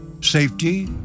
safety